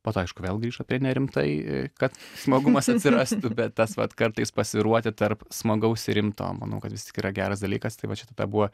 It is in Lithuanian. po to aišku vėl grįžo prie nerimtai kad smagumas atsirastų bet tas vat kartais pasvyruoti tarp smagaus ir rimto manau kad vis tik yra geras dalykas tai vat čia tada buvo